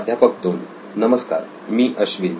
प्राध्यापक 2 नमस्कार मी अश्विन